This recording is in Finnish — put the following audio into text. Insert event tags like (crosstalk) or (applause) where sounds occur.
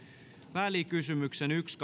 välikysymyksen yksi (unintelligible)